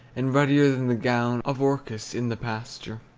and ruddier than the gown of orchis in the pasture,